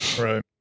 Right